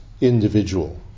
individual